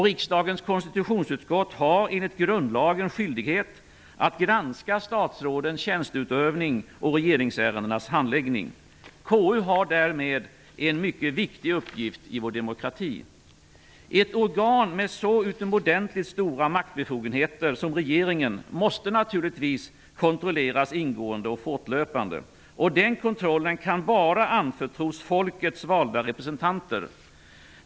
Riksdagens konstitutionsutskott har, enligt grundlagen, skyldighet att granska statsrådens tjänsteutövning och regeringsärendenas handläggning. KU har därmed en mycket viktig uppgift i vår demokrati. Ett organ med så utomordentligt stora maktbefogenheter som regeringen måste naturligtvis kontrolleras ingående och fortlöpande. Och den kontrollen kan bara anförtros folkets valda representanter.